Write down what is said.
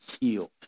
healed